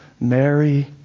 Mary